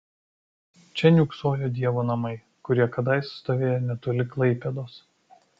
čia niūksojo dievo namai kurie kadaise stovėjo netoli klaipėdos